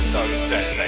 Sunset